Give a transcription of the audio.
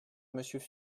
monsieur